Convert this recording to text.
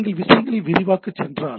நீங்கள் விஷயங்களை விரிவாக்க சென்றால்